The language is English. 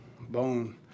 bone